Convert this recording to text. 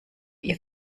ihr